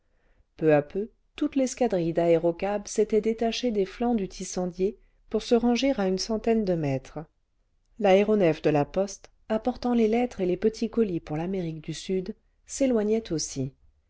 peu à peu toute l'escadrille d'aérocabs s'était détachée des flancs du tissandiee pour se ranger à une centaine de mètres l'aéronef cle la poste apportant les lettres et les jietits colis pour l'amérique du sud s'éloignait aussi